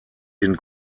den